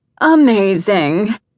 amazing